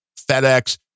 FedEx